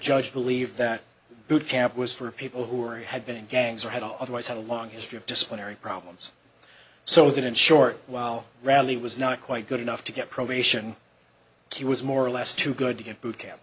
judge believed that boot camp was for people who are had been in gangs or had all otherwise had a long history of disciplinary problems so that in short while rally was not quite good enough to get probation he was more or less to good to get boot camp